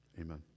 Amen